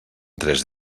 tres